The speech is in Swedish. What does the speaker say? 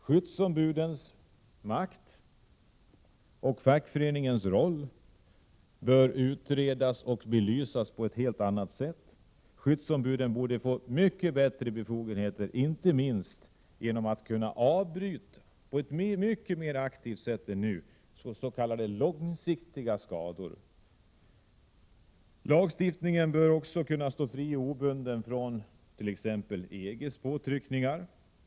Skyddsombudens makt och fackföreningarnas roll bör utredas och belysas på ett helt annat sätt än som skett. Skyddsombuden borde få mycket bättre befogenheter än de har. Inte minst bör de få möjlighet att mycket mera aktivt än nu avbryta arbete som kan medföra s.k. långsiktiga skador. Lagstiftningen bör också kunna stå fri och obunden från t.ex. EG:s påtryckningar.